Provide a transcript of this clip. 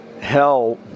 hell